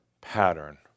pattern